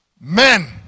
men